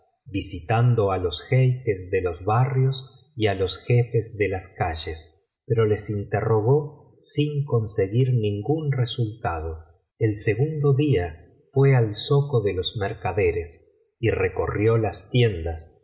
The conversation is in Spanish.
visitando á los jeiques de los barrios y á los jefes de tomo iii biblioteca valenciana generalítat valenciana las mil noches y una noche las calles pero les interrogó sin conseguir ningún resultado el segundo día fué al zoco de los mercaderes y recorrió las tiendas